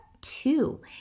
two